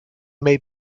may